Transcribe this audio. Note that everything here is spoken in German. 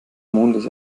mondes